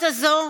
עבדו,